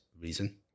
reason